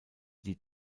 die